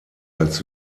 als